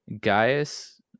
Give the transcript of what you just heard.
Gaius